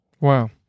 wow